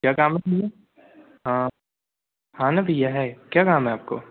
क्या काम के लिए हाँ हालत यह है क्या काम है आपको